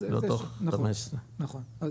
לא תוך 15. נכון,